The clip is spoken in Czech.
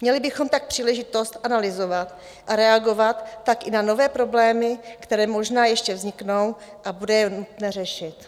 Měli bychom tak příležitost analyzovat a reagovat tak i na nové problémy, které možná ještě vzniknou a bude je nutné řešit.